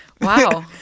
Wow